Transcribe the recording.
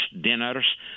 dinners